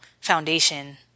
foundation